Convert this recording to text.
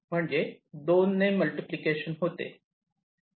म्हणजे 2 ने मल्टिप्लिकेशन होते